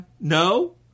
no